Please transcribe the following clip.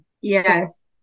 Yes